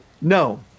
No